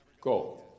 Go